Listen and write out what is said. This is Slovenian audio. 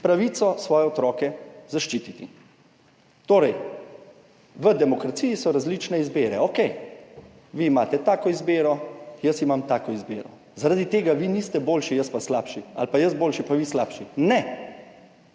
pravico zaščititi svoje otroke. V demokraciji so različne izbire. Okej, vi imate tako izbiro, jaz imam tako izbiro, zaradi tega vi niste boljši, jaz pa slabši, ali pa jaz boljši in vi slabši. Ne,